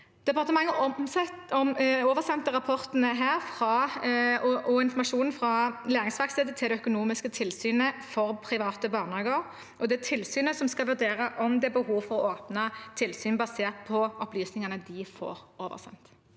Departementet oversendte rapporten og informasjonen fra Læringsverkstedet til det økonomiske tilsynet for private barnehager, og det er tilsynet som skal vurdere om det er behov for å åpne tilsyn basert på opplysningene de får oversendt.